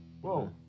whoa